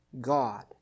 God